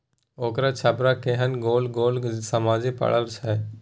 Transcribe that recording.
ओकर छप्पर पर केहन गोल गोल सजमनि फड़ल छै